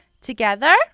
Together